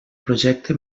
projecte